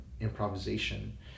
improvisation